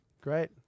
Great